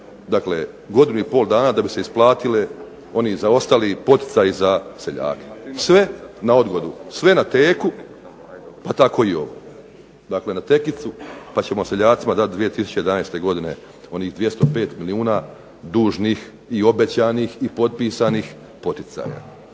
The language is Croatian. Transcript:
dakle godinu i pol dana da bi se isplatile oni zaostali poticaji za seljake? Sve na odgodu, sve na teku pa tako i ovo. Dakle, na tekicu pa ćemo seljacima dati 2011. godine onih 205 milijuna dužnih i obećanih i potpisanih poticaja.